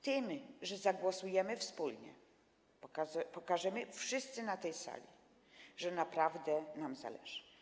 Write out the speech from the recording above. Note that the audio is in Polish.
Tym, że zagłosujemy wspólnie, pokażemy wszyscy na tej sali, że naprawdę nam zależy.